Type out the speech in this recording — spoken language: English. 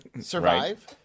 Survive